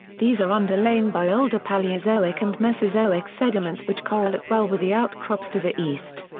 these are underlain by older paleozoic and mesozoic sediments which correlate well with the outcrops to the east.